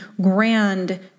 grand